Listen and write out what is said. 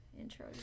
intro